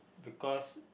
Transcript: because